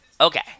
Okay